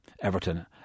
Everton